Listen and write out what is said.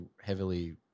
heavily